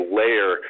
layer